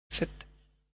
ستة